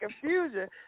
confusion